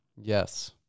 Yes